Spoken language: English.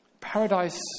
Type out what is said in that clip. paradise